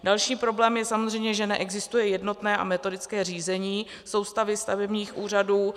Další problém je samozřejmě, že neexistuje jednotné a metodické řízení soustavy stavebních úřadů.